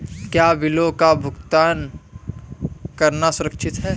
क्या बिलों का ऑनलाइन भुगतान करना सुरक्षित है?